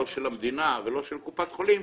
לא של המדינה ולא של קופת חולים,